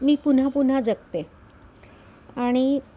मी पुन्हा पुन्हा जगते आणि